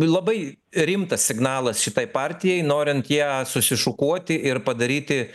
labai rimtas signalas šitai partijai norint ją susišukuoti ir padaryti